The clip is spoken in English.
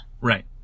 Right